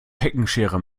heckenschere